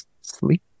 Sleep